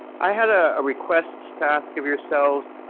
i had a request to ask of yourselves.